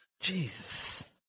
jesus